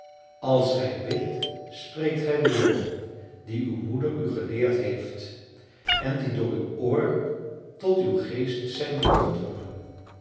als gij bidt spreekt gij woorden die uw moeder u geleerd heeft en die door uw oor tot uw geest zijn doorgedrongen